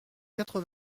quatre